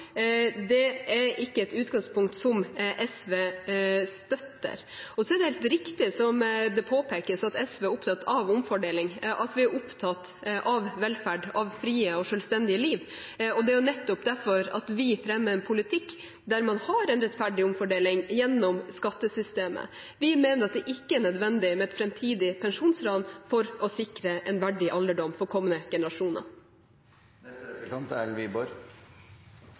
pensjoner, er ikke et utgangspunkt som SV støtter. Det er helt riktig, som det påpekes, at SV er opptatt av omfordeling, av velferd, av et fritt og selvstendig liv. Det er nettopp derfor vi fremmer en politikk der man har en rettferdig omfordeling gjennom skattesystemet. Vi mener det ikke er nødvendig med et framtidig pensjonsran for å sikre en verdig alderdom for kommende generasjoner. Det er